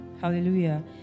Hallelujah